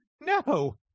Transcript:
No